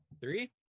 Three